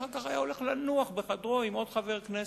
ואחר כך היה הולך לנוח בחדרו עם עוד חבר כנסת.